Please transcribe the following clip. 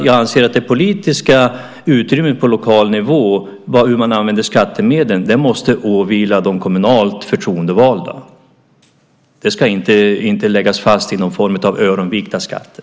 Jag anser att det politiska utrymmet på lokal nivå för hur man använder skattemedlen måste åvila de lokalt förtroendevalda. Det ska inte läggas fast i någon form av öronmärkta skatter.